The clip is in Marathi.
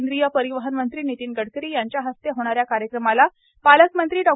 केंद्रीय परिवहन मंत्री नितीन गडकरी यांच्या हस्ते होणाऱ्या कार्यक्रमाला पालकमंत्री डॉ